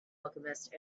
alchemist